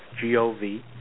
G-O-V